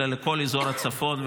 אלא לכל אזור הצפון,